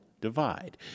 divide